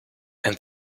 and